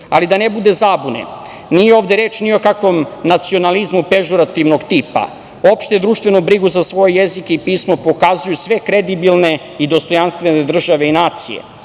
Ali, da ne bude zabune, nije ovde reč ni o kakvom nacionalizmu pežorativnog tipa, opšte društvenu brigu za svoj jezik i pismo pokazuju sve kredibilne i dostojanstvene države i nacije.